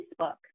Facebook